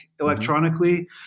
electronically